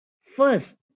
first